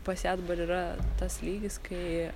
pas ją dabar yra tas lygis kai